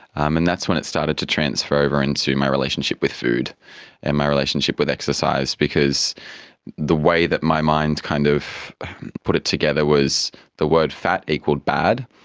um and that's when it started to transfer over into my relationship with food and my relationship with exercise because the way that my mind kind of put put it together was the word fat equalled bad,